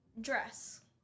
Dress